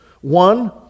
one